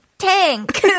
tank